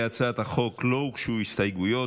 להצעת החוק לא הוגשו הסתייגויות,